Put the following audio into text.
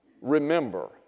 remember